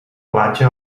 platja